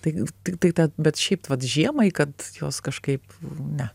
tai tiktai tą bet šiaip vat žiemai kad juos kažkaip ne